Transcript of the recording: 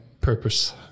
purpose